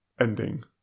ending